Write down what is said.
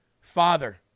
Father